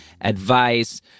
advice